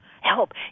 Help